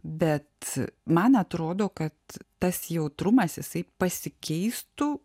bet man atrodo kad tas jautrumas jisai pasikeistų